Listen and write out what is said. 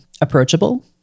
approachable